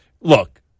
look